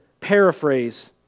paraphrase